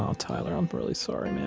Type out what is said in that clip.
um tyler, i'm really sorry, man.